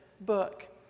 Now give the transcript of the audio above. book